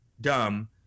dumb